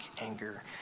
anger